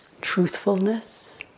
truthfulness